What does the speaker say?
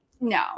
no